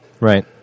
right